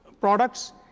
products